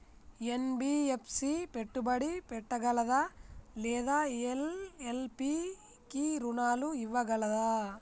NBFC పెట్టుబడి పెట్టగలదా లేదా ఎల్.ఎల్.పి కి రుణాలు ఇవ్వగలదా?